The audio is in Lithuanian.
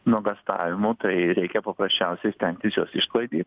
nuogąstavimų tai reikia paprasčiausiai stengtis juos išsklaidyt